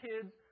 kids